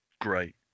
great